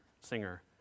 singer